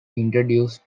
introduced